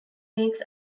wakes